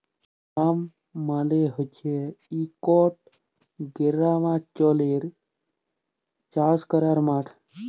farm মালে হছে ইকট গেরামাল্চলে চাষ ক্যরার মাঠ